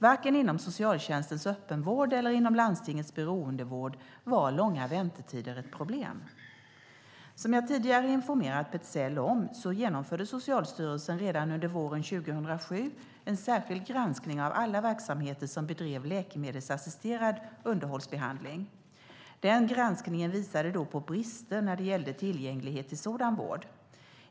Varken inom socialtjänstens öppenvård eller inom landstingets beroendevård var långa väntetider ett problem. Som jag tidigare informerat Petzäll om genomförde Socialstyrelsen redan under våren 2007 en särskild granskning av alla verksamheter som bedrev läkemedelsassisterad underhållsbehandling. Den granskningen visade då på brister när det gällde tillgänglighet till sådan vård.